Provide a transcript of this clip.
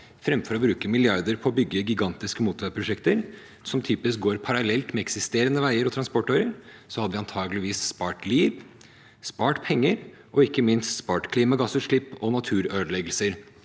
framfor å bruke milliarder på å bygge gigantiske motorveiprosjekter, som typisk går parallelt med eksisterende veier og transportårer, hadde vi antakeligvis spart liv, spart penger og, ikke minst, spart klimagassutslipp og naturødeleggelser,